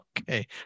okay